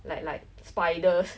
like like spiders